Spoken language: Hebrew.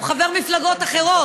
הוא חבר מפלגות אחרות,